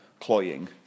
cloying